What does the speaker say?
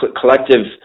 collective